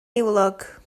niwlog